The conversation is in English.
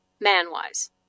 Man-wise